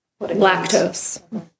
lactose